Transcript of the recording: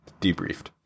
Debriefed